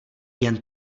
jen